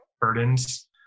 burdens